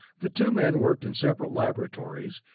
the two men worked in separate laboratories,